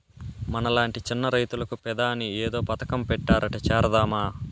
మనలాంటి చిన్న రైతులకు పెదాని ఏదో పథకం పెట్టారట చేరదామా